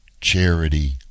charity